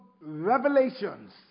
Revelations